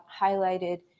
highlighted